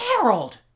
harold